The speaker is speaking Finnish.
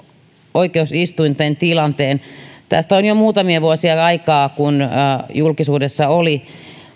oikeusistuinten tilanteen tästä on jo muutamia vuosia aikaa kun julkisuudessa oli